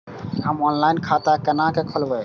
हम ऑनलाइन खाता केना खोलैब?